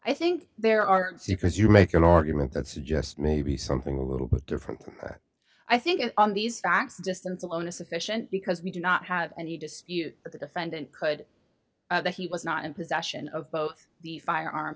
i think there are secrets you make an argument that suggests maybe something a little bit different i think on these facts distance alone is sufficient because we do not have any dispute that the defendant could that he was not in possession of both the firearm